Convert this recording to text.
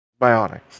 bionics